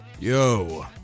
Yo